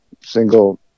single